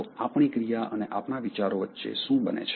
તો આપણી ક્રિયા અને આપણા વિચારો વચ્ચે શું બને છે